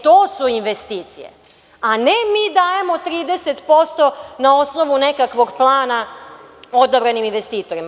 To su investicije, a ne mi dajemo 30% na osnovu nekakvog plana odabranim investitorima.